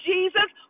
Jesus